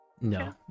No